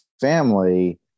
family